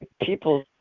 people